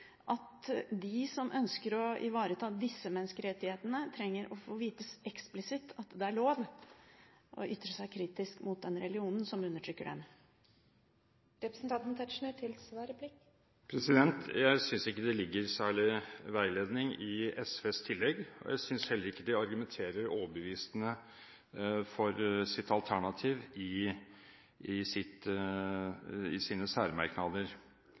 at de som ønsker å ivareta disse menneskerettighetene, trenger å få vite eksplisitt at det er lov å ytre seg kritisk mot den religionen som undertrykker dem? Jeg synes ikke det ligger særlig veiledning i SVs tillegg. Jeg synes heller ikke de argumenterer overbevisende for sitt alternativ i sine særmerknader.